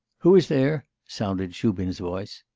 who is there sounded shubin's voice.